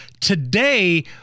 Today